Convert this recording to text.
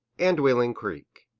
and wheeling creek.